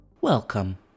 Welcome